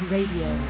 Radio